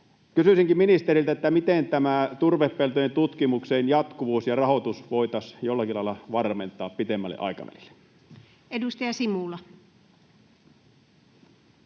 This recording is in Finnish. Kysyisinkin ministeriltä, miten tämä turvepeltojen tutkimuksen jatkuvuus ja rahoitus voitaisiin jollakin lailla varmentaa pidemmälle aikavälille. [Speech